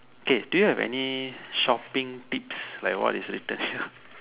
okay do you have any shopping tips like what is written here